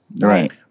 Right